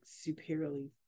superiorly